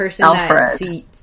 Alfred